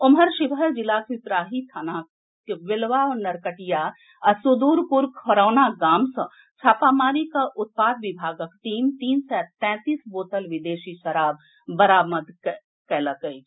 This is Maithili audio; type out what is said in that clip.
ओम्हर शिवहर जिलाक पिपराही थानाक बेलवा नरकटिया आ सुदुरपुर खरौना गाम मे छापामारी कऽ उत्पाद विभागक टीम तीन सय तैंतीस बोतल विदेशी शराब बरामद कएलक अछि